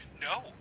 No